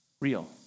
Real